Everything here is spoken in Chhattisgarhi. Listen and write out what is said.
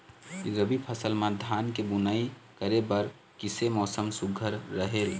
रबी फसल म धान के बुनई करे बर किसे मौसम सुघ्घर रहेल?